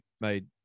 made